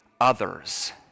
others